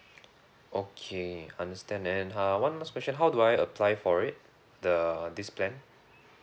okay understand then uh one last question how do I apply for it the this plan